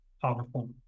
powerful